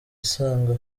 isanga